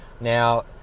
Now